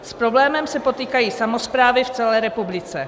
S problémem se potýkají samosprávy v celé republice.